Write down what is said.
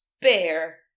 Bear